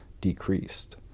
decreased